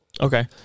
Okay